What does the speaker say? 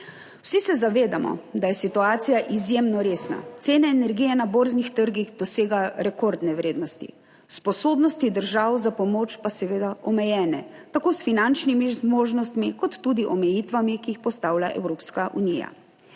Vsi se zavedamo, da je situacija izjemno resna, cene energije na borznih trgih dosegajo rekordne vrednosti, sposobnosti držav za pomoč pa so seveda omejene, tako s finančnimi zmožnostmi kot tudi omejitvami, ki jih postavlja Evropska unija.